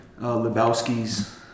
Lebowski's